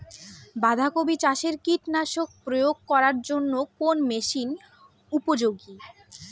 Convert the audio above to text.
বাঁধা কপি চাষে কীটনাশক প্রয়োগ করার জন্য কোন মেশিন উপযোগী?